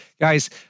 guys